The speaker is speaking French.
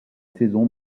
saison